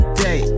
day